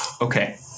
okay